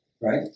right